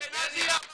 ואשכנזייה בבית.